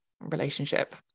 relationship